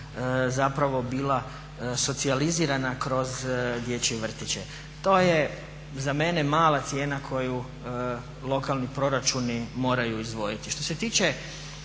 zapravo bila socijalizirana kroz dječje vrtiće. To je za mene mala cijena koju lokalni proračuni moraju izdvojiti. Što se tiče